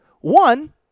One